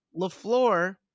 LaFleur